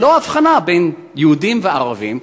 ללא הבחנה בין יהודים לערבים,